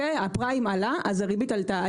הפריים עלתה אז הריבית עלתה,